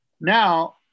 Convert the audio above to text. now